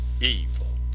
evil